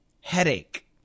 headache